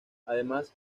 además